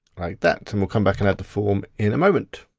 like that, and we'll come back and add the form in a moment.